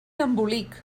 embolic